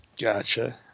Gotcha